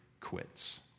quits